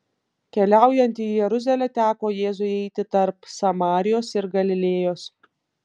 keliaujant į jeruzalę teko jėzui eiti tarp samarijos ir galilėjos